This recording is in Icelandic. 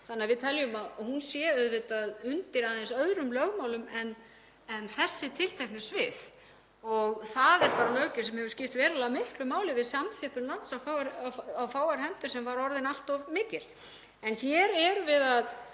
þannig að við teljum að hún sé aðeins undir öðrum lögmálum en þessi tilteknu svið og það er löggjöf sem hefur skipt verulega miklu máli við samþjöppun lands á fáar hendur sem var orðin allt of mikil. En hér erum við að